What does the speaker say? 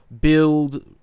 build